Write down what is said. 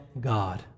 God